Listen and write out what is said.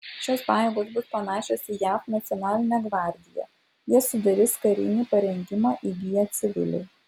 šios pajėgos bus panašios į jav nacionalinę gvardiją jas sudarys karinį parengimą įgiję civiliai